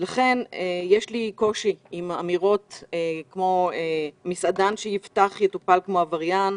ולכן יש לי קושי עם אמירות כמו: "מסעדן שיפתח יטופל כמו עבריין,